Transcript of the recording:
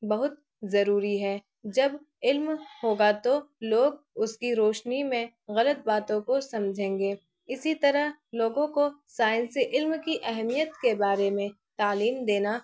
بہت ضروری ہے جب علم ہوگا تو لوگ اس کی روشنی میں غلط باتوں کو سمجھیں گے اسی طرح لوگوں کو سائنس سے علم کی اہمیت کے بارے میں تعلیم دینا